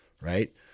right